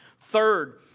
Third